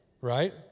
Right